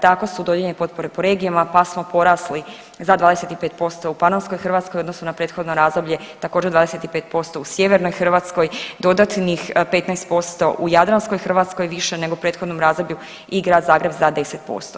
Tako su dodijeljene potpore po regijama pa smo porasli za 25% u Panonskoj Hrvatskoj u odnosu na prethodno razdoblje, također 25% u Sjevernoj Hrvatskoj, dodatnih 15% u Jadranskoj Hrvatskoj više nego u prethodnom razdoblju i Grad Zagreb za 10%